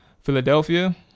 Philadelphia